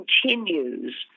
continues